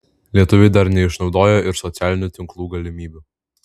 lietuviai dar neišnaudoja ir socialinių tinklų galimybių